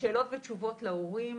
שאלות ותשובות להורים,